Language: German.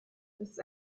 ist